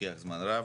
לוקח זמן רב.